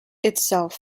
itself